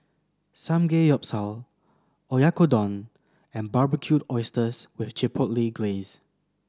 Samgeyopsal Oyakodon and Barbecued Oysters with Chipotle Glaze